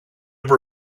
have